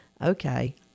Okay